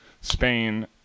Spain